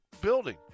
building